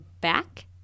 back